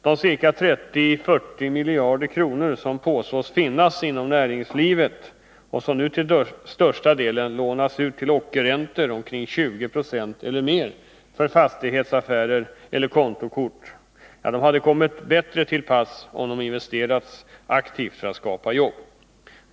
De ca 3040 miljarder kronor, som påstås finnas inom näringslivet och som nu till största delen lånas ut till ockerräntor på omkring 20 96 eller mer för fastighetsaffärer eller till kontokort, hade kommit bättre till pass om de investerats aktivt för att skapa jobb.